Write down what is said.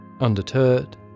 Undeterred